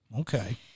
okay